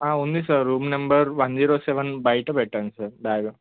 ఉంది sir room number one zero seven బయట పెట్టాను సార్ బ్యాగ్